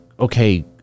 okay